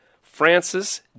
Francis